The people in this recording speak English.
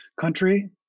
country